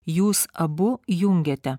jūs abu jungiate